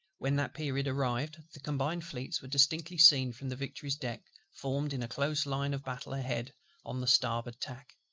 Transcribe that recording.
when that period arrived, the combined fleets were distinctly seen from the victory's deck, formed in a close line of battle ahead on the starboard tack,